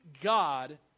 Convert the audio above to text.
God